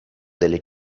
delle